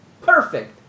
Perfect